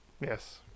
Yes